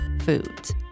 foods